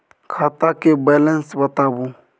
खाता के बैलेंस बताबू?